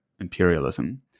imperialism